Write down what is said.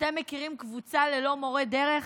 אתם מכירים קבוצה ללא מורה דרך?